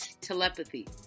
Telepathy